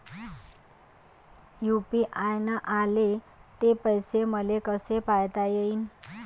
UPI न आले ते पैसे मले कसे पायता येईन?